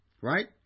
right